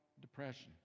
depression